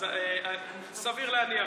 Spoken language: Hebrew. סביר להניח,